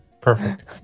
Perfect